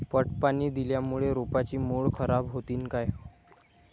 पट पाणी दिल्यामूळे रोपाची मुळ खराब होतीन काय?